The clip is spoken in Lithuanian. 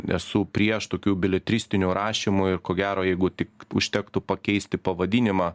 nesu prieš tokių beletristinių rašymų ir ko gero jeigu tik užtektų pakeisti pavadinimą